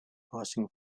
passing